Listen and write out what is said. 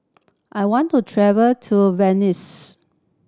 I want to travel to